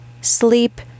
sleep